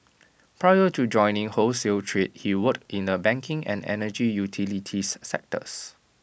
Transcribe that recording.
prior to joining wholesale trade he worked in the banking and energy utilities sectors